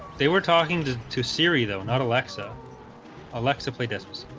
they were talking to to siri though, not alexa alexa play discus